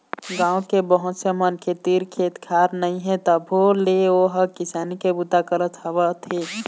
गाँव के बहुत से मनखे तीर खेत खार नइ हे तभो ले ओ ह किसानी के बूता करत आवत हे